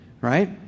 right